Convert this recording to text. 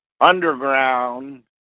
underground